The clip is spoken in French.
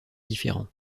différents